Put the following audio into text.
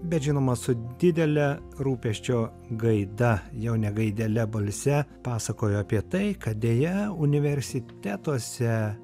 bet žinoma su didele rūpesčio gaida jau ne gaidele balse pasakojo apie tai kad deja universitetuose